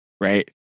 right